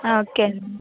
okay అండి